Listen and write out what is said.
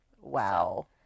Wow